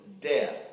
death